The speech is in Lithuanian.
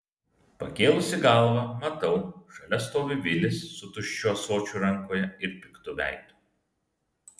pakėlusi galvą matau šalia stovi vilis su tuščiu ąsočiu rankoje ir piktu veidu